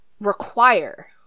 require